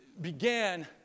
began